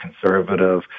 conservative